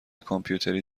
کامپیوتری